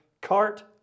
Cart